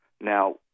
Now